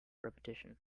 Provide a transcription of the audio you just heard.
repetition